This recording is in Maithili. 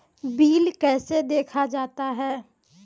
बिल कैसे देखा जाता हैं?